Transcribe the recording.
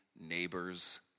neighbors